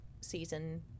season